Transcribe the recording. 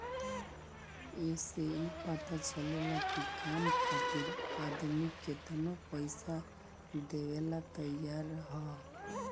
ए से ई पता चलेला की काम खातिर आदमी केतनो पइसा देवेला तइयार हअ